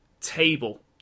table